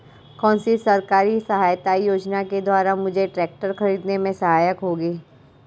कौनसी सरकारी सहायता योजना के द्वारा मुझे ट्रैक्टर खरीदने में सहायक होगी?